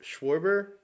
Schwarber